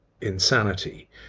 insanity